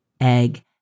egg